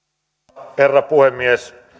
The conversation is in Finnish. arvoisa herra puhemies